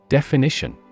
Definition